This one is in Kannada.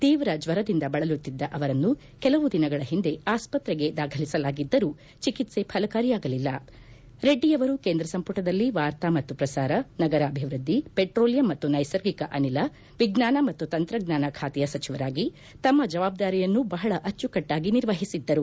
ತೀವ್ರ ಜ್ವರದಿಂದ ಬಳಲುತ್ತಿದ್ದ ಅವರನ್ನು ಕೆಲವು ದಿನಗಳ ಹಿಂದೆ ಆಸ್ಷತ್ರೆಗೆ ದಾಖಲಿಸಲಾಗಿದ್ದರೂ ಚಿಕಿತ್ಸೆ ನೀಡಲಾಗುತ್ತಿತ್ತುರೆಡ್ಡಿಯವರು ಕೇಂದ್ರ ಸಂಪುಟದಲ್ಲಿ ವಾರ್ತಾ ಮತ್ತು ಪ್ರಸಾರ ಖಾತೆ ನಗರಾಭಿವೃದ್ಧಿ ಪೆಟ್ರೋಲಿಯಂ ಮತ್ತು ನೈಸರ್ಗಿಕ ಅನಿಲ ಖಾತೆ ವಿಜ್ಞಾನ ಮತ್ತು ತಂತ್ರಜ್ಞಾನ ಖಾತೆಯ ಸಚಿವರಾಗಿ ತಮ್ಮ ಜವಾಬ್ದಾರಿಯನ್ನು ಬಹಳ ಅಚ್ಚುಕಟ್ಟಾಗಿ ನಿರ್ವಹಿಸಿದ್ದರು